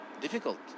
difficult